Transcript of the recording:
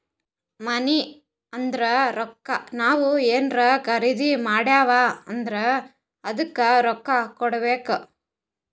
ಮನಿ ಅಂದುರ್ ರೊಕ್ಕಾ ನಾವ್ ಏನ್ರೇ ಖರ್ದಿ ಮಾಡಿವ್ ಅಂದುರ್ ಅದ್ದುಕ ರೊಕ್ಕಾ ಕೊಡ್ಬೇಕ್